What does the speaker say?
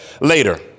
later